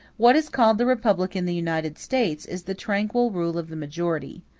what is called the republic in the united states, is the tranquil rule of the majority,